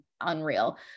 unreal